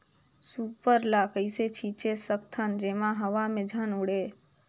Super ल कइसे छीचे सकथन जेमा हवा मे झन उड़े?